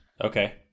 Okay